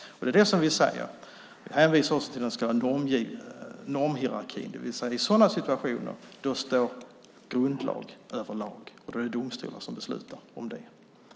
Det är det vi säger. Vi hänvisar också till den så kallade normhierarkin, det vill säga, i sådana situationer står grundlag över lag, och då är det domstolar som beslutar om det.